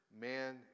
man